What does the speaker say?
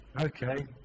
Okay